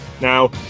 Now